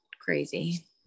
crazy